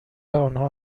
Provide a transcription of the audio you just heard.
آنها